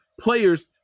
players